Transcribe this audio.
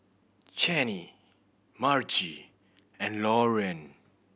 Chanie Margie and Lauren